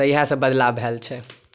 तऽ इएहसब बदलाव भेल छै